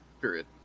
period